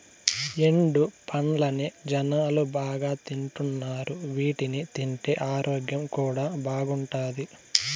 ఎండు పండ్లనే జనాలు బాగా తింటున్నారు వీటిని తింటే ఆరోగ్యం కూడా బాగుంటాది